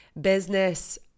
business